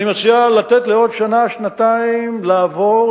אני מציע לתת עוד לשנה-שנתיים לעבור,